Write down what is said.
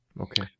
Okay